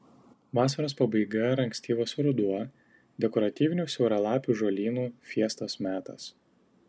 vasaros pabaiga ir ankstyvas ruduo dekoratyvinių siauralapių žolynų fiestos metas